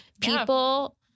people